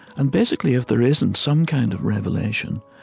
and, basically, if there isn't some kind of revelation,